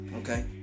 Okay